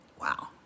Wow